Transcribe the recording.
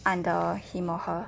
under him or her